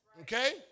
Okay